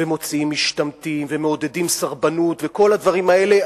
מוציאים משתמטים ומעודדים סרבנות וכל הדברים האלה,